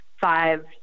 five